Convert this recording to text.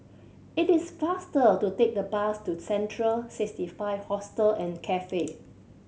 it is faster to take the bus to Central Sixty Five Hostel and Cafe